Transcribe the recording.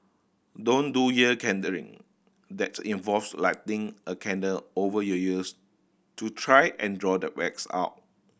don't do ear that's involves lighting a candle over your ears to try and draw the wax out